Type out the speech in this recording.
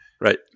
Right